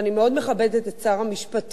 ואני מאוד מכבדת את שר המשפטים,